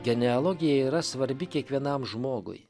genealogija yra svarbi kiekvienam žmogui